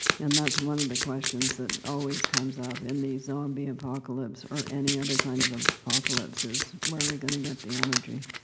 and that's one of the questions that always comes up in the zombie apocalypse or any other kind of ah apocalypses. where are we going to get the energy?